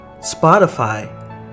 Spotify